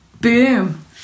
Boom